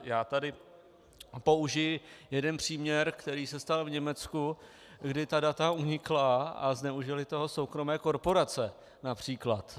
Já tady použiji jeden příměr, který se stal v Německu, kdy ta data unikla a zneužily toho soukromé korporace, například.